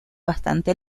bastante